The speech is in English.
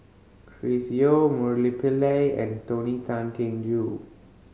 Chris Yeo Murali Pillai and Tony Tan Keng Joo